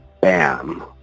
bam